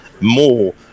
more